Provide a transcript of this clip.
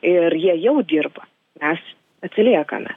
ir jie jau dirba mes atsiliekame